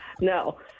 No